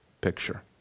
picture